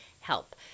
help